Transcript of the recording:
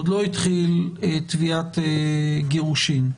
עוד לא התחיל תביעת גירושין,